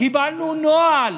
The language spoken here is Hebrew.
קיבלנו נוהל